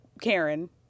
Karen